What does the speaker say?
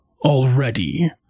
already